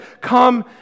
come